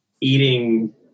eating